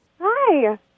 Hi